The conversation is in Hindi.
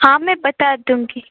हाँ मैं बता दूंगी